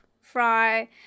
Fry